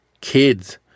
kids